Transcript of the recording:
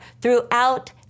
throughout